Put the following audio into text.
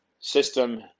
system